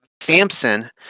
Samson